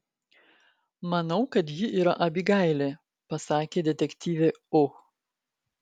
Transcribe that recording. manau kad ji yra abigailė pasakė detektyvė o